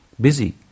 busy